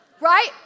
right